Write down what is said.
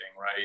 right